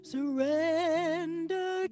Surrender